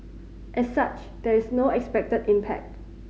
as such there is no expected impact